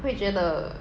会觉得